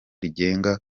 rigenga